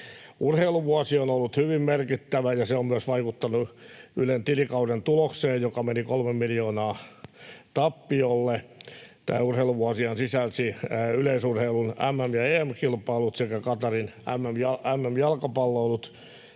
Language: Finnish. Urheiluvuosi on ollut hyvin merkittävä, ja se on myös vaikuttanut Ylen tilikauden tulokseen, joka meni kolme miljoonaa tappiolle. Tämä urheiluvuosihan sisälsi yleisurheilun MM- ja EM-kilpailut sekä Qatarin MM-jalkapalloilut,